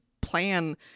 plan